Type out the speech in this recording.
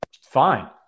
fine